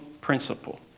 principle